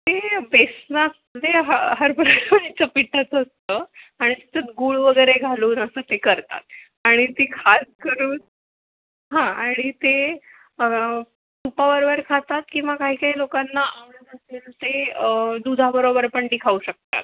ते बेसनात ते ह हरभऱ्याच्या पीठाचं असतं आणि त्याच्यात गुळ वगैरे घालून असं ते करतात आणि ती खासकरून हां आणि ते तुपाबरोबर खातात किंवा काही काही लोकांना आवडत असेल ते दुधाबरोबर पण ती खाऊ शकतात